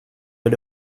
but